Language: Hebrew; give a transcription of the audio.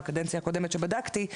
בקדנציה הקודמת שבדקתי,